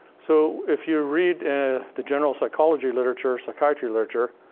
so if you read the general psychology literature, psychiatry literature,